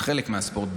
בחלק מהספורט,